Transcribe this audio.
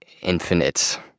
infinite